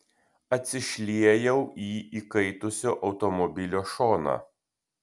atsišliejau į įkaitusio automobilio šoną